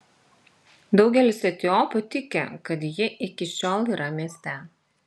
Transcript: daugelis etiopų tiki kad ji iki šiol yra mieste